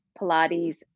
Pilates